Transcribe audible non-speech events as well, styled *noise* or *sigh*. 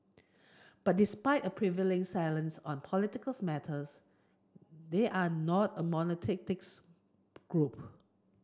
but despite a prevailing silence on political matters they are not a *unintelligible* group